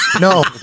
no